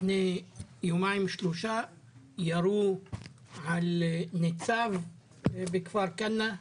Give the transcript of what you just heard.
לפני יומיים-שלושה ירו על ניצב בכפר כנא.